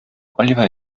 oliver